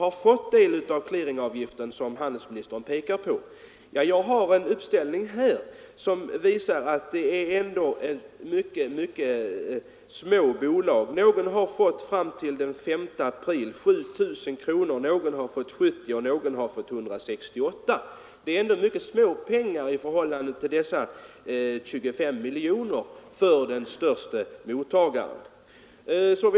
Handelsministern tog vidare upp frågan vilka bolag som fått del av clearingavgiften. Jag har en uppställning i min hand som visar att det är fråga om mycket små bolag. Ett av dem har fram till den 5 april fått 7 000, ett annat har fått 70 000 och ett tredje 168 000 kronor. Det är mycket små summor i förhållande till de 25 miljoner kronor som den största mottagaren har erhållit.